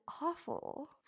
awful